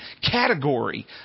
category